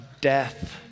death